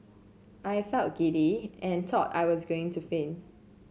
I felt giddy and thought I was going to faint